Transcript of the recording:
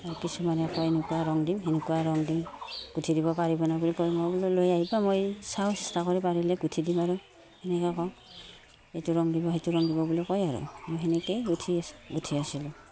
আৰু কিছুমানে আকৌ এনেকুৱা ৰং দিম সেনেকুৱা ৰং দিম গোঁঠি দিব পাৰিবনে বুলি কয় মই বোলো লৈ আহিবা মই চাওঁ চেষ্টা কৰি পাৰিলে গোঁঠি দিম আৰু সেনেকৈ কওঁ এইটো ৰং দিব সেইটো ৰং দিব বুলি কয় আৰু মই সেনেকৈয়ে গোঁঠি আছো গোঁঠি আছিলোঁ